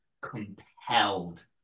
compelled